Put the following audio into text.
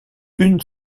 une